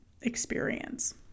experience